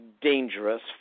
dangerous